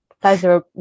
pleasure